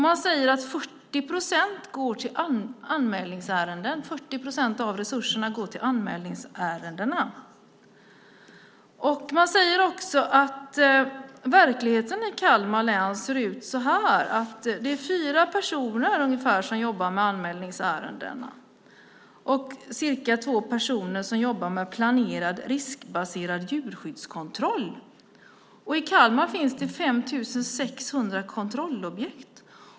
Man säger att 40 procent av resurserna går till anmälningsärendena. Verkligheten i Kalmar län ser ut så här: Fyra personer jobbar med anmälningsärendena och cirka två personer med planerad riskbaserad djurskyddskontroll. I Kalmar finns det 5 600 kontrollobjekt.